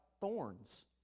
thorns